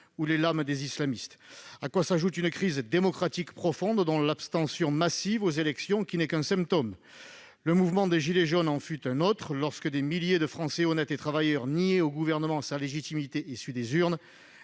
ou les lames des islamistes, depuis 2012. S'y ajoute une crise démocratique profonde, dont l'abstention massive aux élections n'est que l'un des symptômes. Le mouvement des « gilets jaunes » en fut un autre, lorsque des milliers de Français, honnêtes et travailleurs, niaient au Gouvernement sa légitimité issue des urnes.